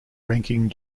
ranking